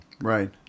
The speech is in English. Right